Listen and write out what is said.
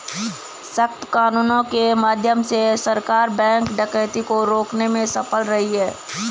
सख्त कानूनों के माध्यम से सरकार बैंक डकैती को रोकने में सफल रही है